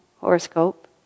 horoscope